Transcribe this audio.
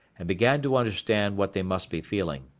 and began to understand what they must be feeling.